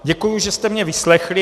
Děkuji, že jste mě vyslechli.